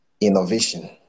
innovation